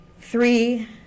three